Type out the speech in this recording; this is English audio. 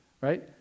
right